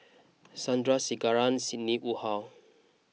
Sandrasegaran Sidney Woodhull